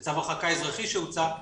זה צו הרחקה אזרחי שהוצא.